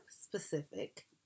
specific